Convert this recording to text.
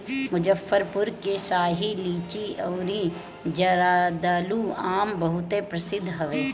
मुजफ्फरपुर के शाही लीची अउरी जर्दालू आम बहुते प्रसिद्ध हवे